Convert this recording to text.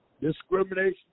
discrimination